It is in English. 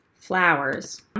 flowers